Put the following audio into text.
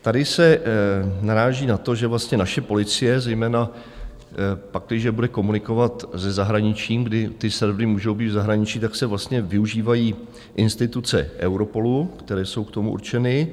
Tady se naráží na to, že vlastně naše policie, zejména pakliže bude komunikovat se zahraničím, kdy ty servery můžou být v zahraničí, tak se využívají instituce Europolu, které jsou k tomu určeny.